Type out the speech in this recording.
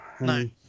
No